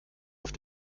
auf